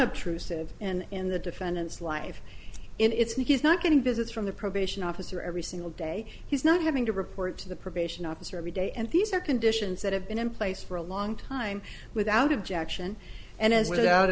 unobtrusive and in the defendant's life and it's he's not getting visits from the probation officer every single day he's not having to report to the probation officer every day and these are conditions that have been in place for a long time without objection and as without